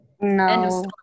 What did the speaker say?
No